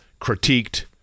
critiqued